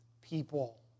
people